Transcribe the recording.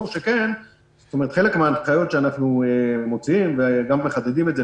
שחלק מההנחיות שאנחנו מוציאים וגם מחדדים את זה,